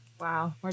wow